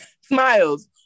smiles